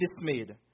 dismayed